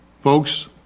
Folks